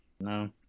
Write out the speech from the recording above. No